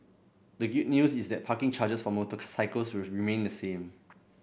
the good news is that parking charges for motor cycles will remain the same